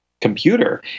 computer